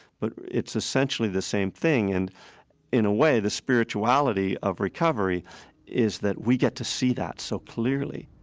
but it's essentially the same thing. and in a way, the spirituality of recovery is that we get to see that so clearly